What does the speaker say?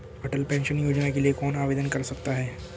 अटल pension योजना के लिए कौन आवेदन कर सकता है?